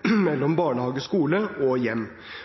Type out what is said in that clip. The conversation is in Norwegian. og hjem.